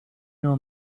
know